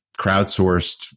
crowdsourced